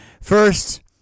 First